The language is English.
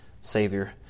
savior